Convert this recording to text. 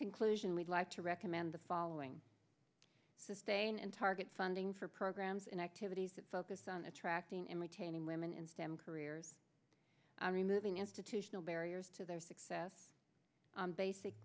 conclusion we'd like to recommend the following sustain and target funding for programs and activities that focus on attracting and retaining women in stem careers are removing institutional barriers to their success basic